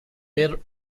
per